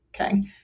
okay